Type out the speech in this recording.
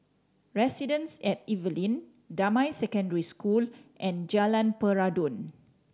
residence at Evelyn Damai Secondary School and Jalan Peradun